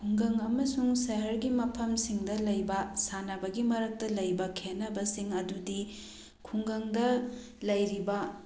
ꯈꯨꯡꯒꯪ ꯑꯃꯁꯨꯡ ꯁꯍꯔꯒꯤ ꯃꯐꯝꯁꯤꯡꯗ ꯂꯩꯕ ꯁꯥꯟꯅꯕꯒꯤ ꯃꯔꯛꯇ ꯂꯩꯕ ꯈꯦꯠꯅꯕꯁꯤꯡ ꯑꯗꯨꯗꯤ ꯈꯨꯡꯒꯪꯗ ꯂꯩꯔꯤꯕ